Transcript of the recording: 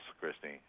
Christine